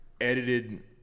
edited